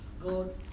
good